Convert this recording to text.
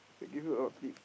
they give you a lot of tip